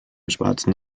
schwarzen